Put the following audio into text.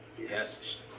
Yes